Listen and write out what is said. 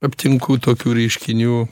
aptinku tokių reiškinių